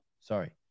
sorry